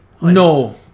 No